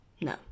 No